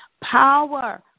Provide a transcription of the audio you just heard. power